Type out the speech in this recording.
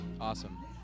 Awesome